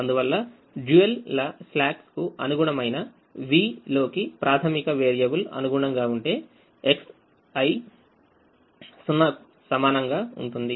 అందువల్ల dual slack కుఅనుగుణమైన vలోకిప్రాథమిక వేరియబుల్ అనుగుణంగా ఉంటే Xi 0 కు సమానంగా ఉంటుంది